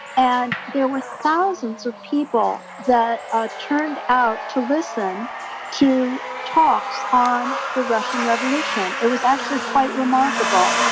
and there were thousands of people that ah turned out to listen to talks on the russian revolution. it was actually quite remarkable.